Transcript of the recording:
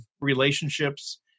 relationships